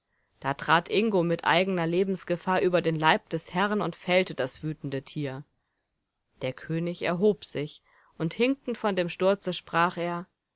da trat ingo mit eigener lebensgefahr über den leib des herrn und fällte das wütende tier der könig erhob sich und hinkend von dem sturze sprach er